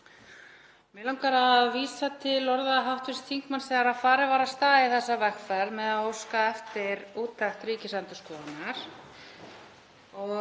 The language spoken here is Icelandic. Mig langar að vísa til orða hv. þingmanns þegar farið var af stað í þessa vegferð með því að óska eftir úttekt Ríkisendurskoðunar.